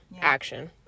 Action